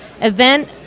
event